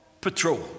Patrol